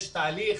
יש תהליך,